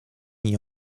nie